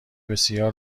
بسیار